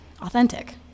authentic